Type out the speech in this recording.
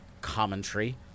commentary